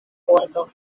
bordo